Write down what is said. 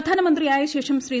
പ്രധാനമന്ത്രി ആയശേഷം ശ്രീ